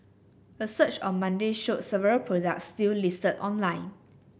a search on Monday showed several products still listed online